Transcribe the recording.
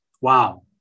Wow